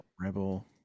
Rebel